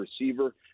receiver